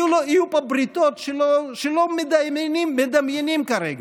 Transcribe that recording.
יהיו פה בריתות שלא מדמיינים כרגע.